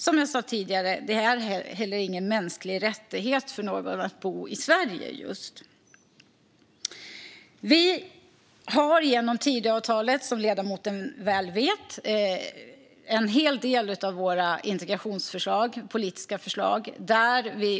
Som jag sa tidigare är det heller ingen mänsklig rättighet för någon att bo just i Sverige. Som ledamoten väl vet har vi med en hel del av våra integrationsförslag och politiska förslag i Tidöavtalet.